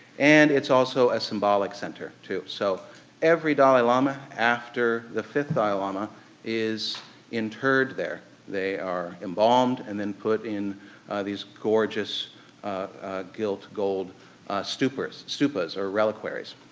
and it's also a symbolic center too, so every dalai lama after the fifth dalai lama is interred there. they are embalmed, and then put in these gorgeous gilt gold stupas stupas or reliquaries.